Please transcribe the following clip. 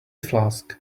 flask